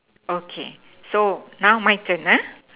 okay so now my turn ah